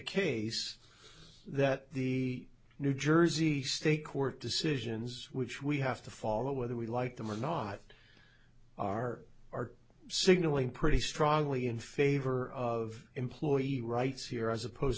case that the new jersey state court decisions which we have to follow whether we like them or not are are signaling pretty strongly in favor of employee rights here as opposed